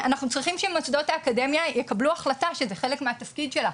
אנחנו צריכים שמוסדות האקדמיה יקבלו החלטה שזה חלק מהתפקיד שלה.